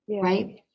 Right